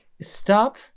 stop